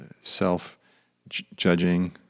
self-judging